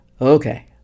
Okay